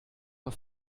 auf